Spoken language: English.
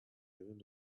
even